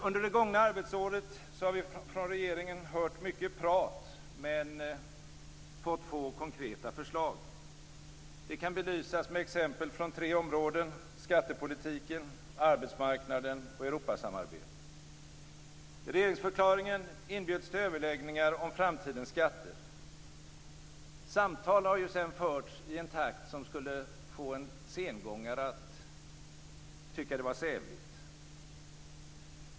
Under det gångna arbetsåret har vi från regeringen hört mycket prat men fått få konkreta förslag. Det kan belysas med exempel från tre områden: skattepolitiken, arbetsmarknaden och Europasamarbetet. I regeringsförklaringen inbjöds till överläggningar om framtidens skatter. Samtal har sedan förts i en takt som skulle få en sengångare att tycka det var sävligt.